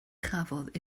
chafodd